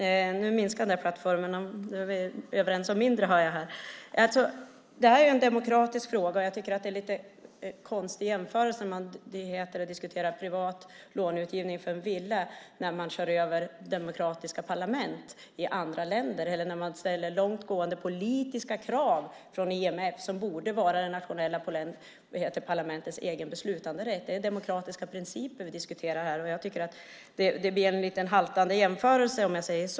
Fru talman! Nu minskade plattformen; nu är vi överens om mindre, hör jag. Det här är en demokratisk fråga. Jag tycker att det är en lite konstig jämförelse att diskutera privat långivning för en villa när man kör över demokratiska parlament i andra länder eller när man ställer långtgående politiska krav från IMF på sådant som borde vara det nationella parlamentets beslutanderätt. Det är demokratiska principer vi diskuterar här, och jag tycker att jämförelsen haltar.